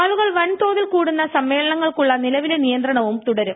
ആളുകൾ വൻതോതിൽ കൂടുന്ന സമ്മേളനങ്ങൾക്കുള്ള നിലവിലെ നിയന്ത്രണവും തുടരും